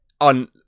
on